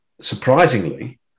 Surprisingly